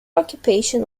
occupation